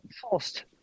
forced